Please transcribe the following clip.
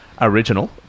original